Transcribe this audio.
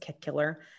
Killer